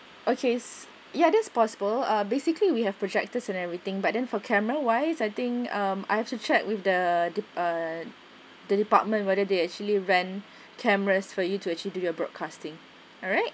okay ya that's possible uh basically we have projectors and everything but then for camera wise I think um I have to check with the uh the de~ the department whether they actually rent cameras for you to actually do your broadcasting alright